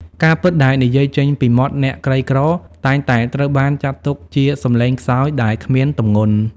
ការពិតដែលនិយាយចេញពីមាត់អ្នកក្រីក្រ តែងតែត្រូវបានចាត់ទុកជាសំឡេងខ្សោយដែលគ្មានទម្ងន់។